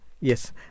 Yes